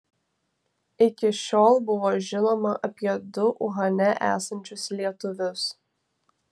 iki šiol buvo žinoma apie du uhane esančius lietuvius